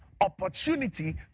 opportunity